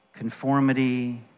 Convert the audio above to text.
Conformity